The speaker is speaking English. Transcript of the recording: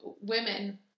women